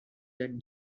that